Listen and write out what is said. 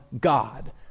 God